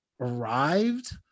arrived